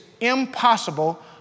impossible